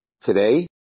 today